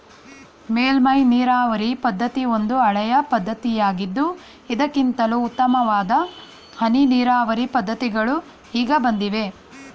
ಮೇಲ್ಮೈ ನೀರಾವರಿ ಪದ್ಧತಿ ಒಂದು ಹಳೆಯ ಪದ್ಧತಿಯಾಗಿದ್ದು ಇದಕ್ಕಿಂತಲೂ ಉತ್ತಮವಾದ ಹನಿ ನೀರಾವರಿ ಪದ್ಧತಿಗಳು ಈಗ ಬಂದಿವೆ